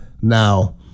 Now